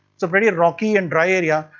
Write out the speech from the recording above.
it's a pretty and rocky and dry area.